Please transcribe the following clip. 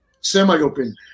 semi-open